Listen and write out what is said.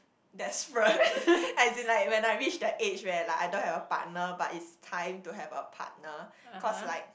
desperate as in like when I reach that age where like I don't have a partner but is time to have a partner cause like